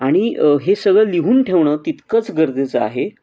आणि हे सगळं लिहून ठेवणं तितकंच गरजेचं आहे